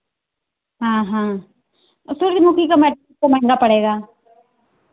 हाँ हाँ थोड़ी नुकी का तो महंगा पड़ेगा